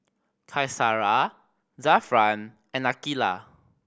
Qaisara Zafran and Aqilah